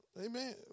Amen